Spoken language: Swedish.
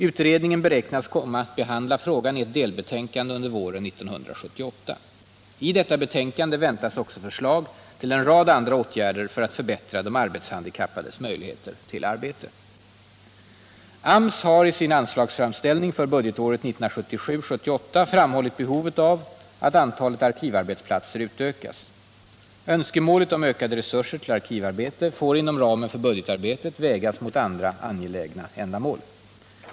Utredningen beräknas komma att behandla frågan i ett delbetänkande under våren 1978. I detta betänkande väntas också förslag om en rad andra åtgärder för att förbättra de arbetshandikappades möjligheter till arbete. AMS har i sin anslagsframställning för budgetåret 1977/78 framhållit behovet av att antalet arkivarbetsplatser utökas. Önskemålet om ökade resurser till arkivarbete får inom ramen för budgetarbetet vägas mot andra angelägna ändamål.